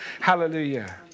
Hallelujah